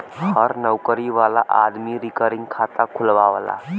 हर नउकरी वाला आदमी रिकरींग खाता खुलवावला